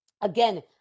Again